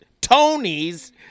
Tony's